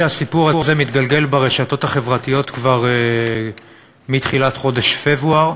שהסיפור הזה מתגלגל ברשתות החברתיות כבר מתחילת חודש פברואר,